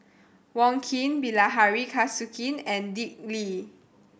Wong Keen Bilahari Kausikan and Dick Lee